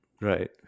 right